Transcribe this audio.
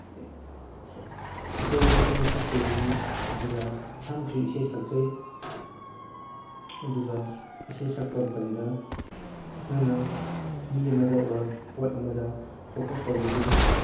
ꯏꯁꯩꯁꯤ ꯑꯩꯅ ꯁꯛꯇꯣꯔꯤꯝꯅꯤ ꯑꯗꯨꯒ ꯏꯁꯥꯃꯛꯁꯨ ꯏꯁꯩ ꯁꯛꯆꯩ ꯑꯗꯨꯒ ꯏꯁꯩ ꯁꯛꯄ ꯃꯇꯝꯗ ꯅꯪꯅ ꯃꯤ ꯑꯃꯗ ꯑꯣꯔ ꯄꯣꯠ ꯑꯃꯗ ꯐꯣꯀꯁ ꯇꯧꯕꯗꯨ